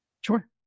Sure